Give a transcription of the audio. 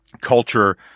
culture